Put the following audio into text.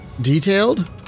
detailed